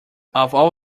all